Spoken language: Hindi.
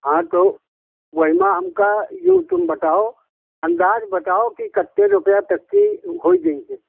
हाँ तो उसमें हमका ये तुम बताओ अंदाज बताओ की कितने रुपये तक के हो जहियें